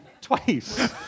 twice